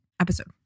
episode